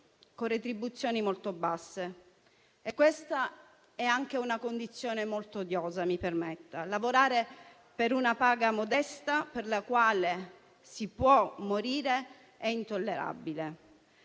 con retribuzioni molto basse. Questa è anche una condizione molto odiosa, mi permetta: lavorare per una paga modesta per la quale si può morire è intollerabile.